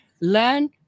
learn